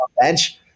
bench